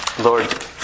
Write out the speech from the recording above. Lord